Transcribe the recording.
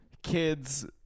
kids